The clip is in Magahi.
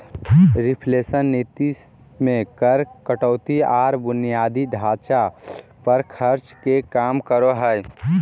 रिफ्लेशन नीति मे कर कटौती आर बुनियादी ढांचा पर खर्च के काम करो हय